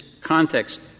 context